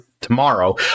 tomorrow